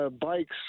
bikes